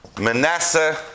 Manasseh